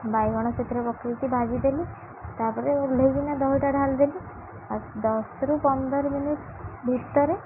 ବାଇଗଣ ସେଥିରେ ପକେଇକି ଭାଜିଦେଲି ତାପରେ ଓହ୍ଲେଇକିନା ଦହିଟା ଢାଲିଦେଲି ଆଉ ଦଶରୁ ପନ୍ଦର ମିନିଟ ଭିତରେ